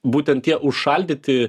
būtent tie užšaldyti